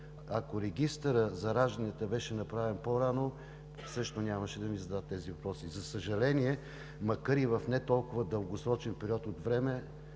Ако регистърът за ражданията беше направен по-рано, също нямаше да ми задавате тези въпроси. За съжаление, макар и в не толкова дългосрочен период от време,